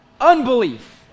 unbelief